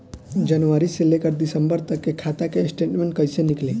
जनवरी से लेकर दिसंबर तक के खाता के स्टेटमेंट कइसे निकलि?